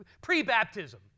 pre-baptism